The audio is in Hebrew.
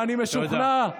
ואני משוכנע,